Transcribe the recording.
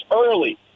early